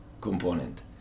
component